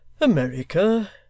America